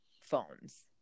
phones